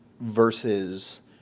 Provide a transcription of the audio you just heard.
versus